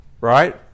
right